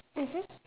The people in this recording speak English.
mmhmm